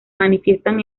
manifiestan